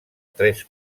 tres